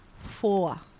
four